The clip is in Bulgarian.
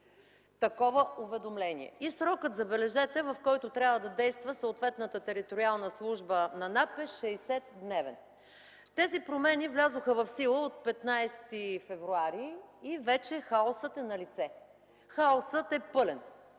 такова уведомление. Срокът, забележете, в който трябва да действа съответната териториална служба на НАП, е 60-дневен. Тези промени влязоха в сила от 15 февруари и вече хаосът е налице. Хаосът е пълен